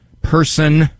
Person